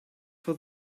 for